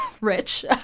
rich